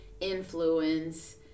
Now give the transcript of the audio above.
influence